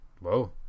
Whoa